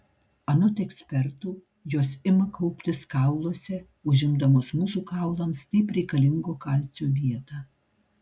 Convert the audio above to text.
anot ekspertų jos ima kauptis kauluose užimdamos mūsų kaulams taip reikalingo kalcio vietą